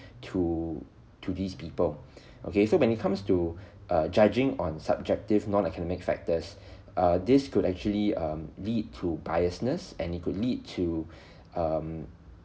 to to these people okay so when it comes to err judging on subjective non academic factors err this could actually um lead to biasness and it could lead to um